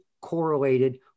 correlated